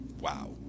Wow